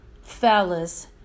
fellas